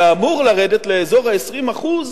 ואמור לרדת לאזור ה-20%